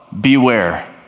beware